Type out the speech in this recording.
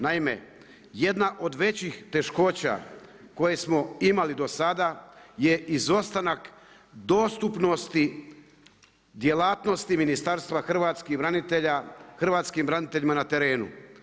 Naime, jedna od većih teškoća koje smo imali do sada je izostanak dostupnosti djelatnosti Ministarstva hrvatskih branitelja, hrvatskim braniteljima na terenu.